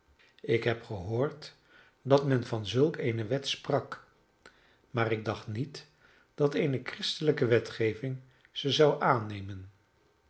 ik heb gehoord dat men van zulk eene wet sprak maar ik dacht niet dat eene christelijke wetgeving ze zou aannemen